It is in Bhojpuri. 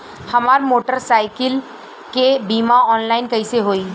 हमार मोटर साईकीलके बीमा ऑनलाइन कैसे होई?